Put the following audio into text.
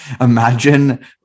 imagine